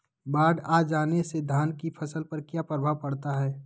बाढ़ के आ जाने से धान की फसल पर किया प्रभाव पड़ता है?